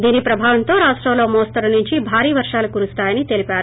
దీని ప్రభావంతో రాష్టంలో మోస్తారు నుంచి భారీ వర్గాలు కురుస్తాయని తెలిపారు